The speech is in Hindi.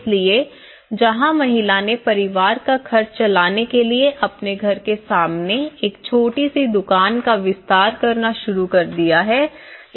इसलिए जहाँ महिला ने परिवार का खर्च चलाने के लिए अपने घर के सामने एक छोटी सी दुकान का विस्तार करना शुरू कर दिया है